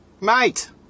mate